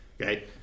okay